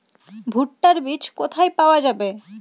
ভুট্টার বিজ কোথায় পাওয়া যাবে?